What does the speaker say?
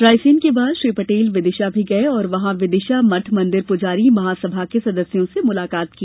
रायसेन के बाद श्री पटेल विदिशा भी गए और वहां विदिशा मठ मंदिर पुजारी महासभा के सदस्यों से मुलाकात की